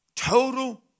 Total